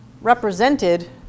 represented